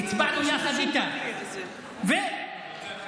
פעם שר האוצר היה לפיד.